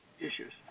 issues